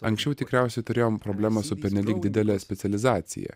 anksčiau tikriausiai turėjom problemą su pernelyg didele specializacija